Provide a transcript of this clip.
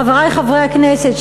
חברי חברי הכנסת,